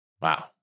Wow